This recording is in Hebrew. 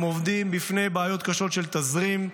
הם עומדים בפני בעיות קשות של תזרים,